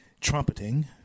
trumpeting